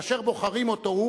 כאשר בוחרים אותו,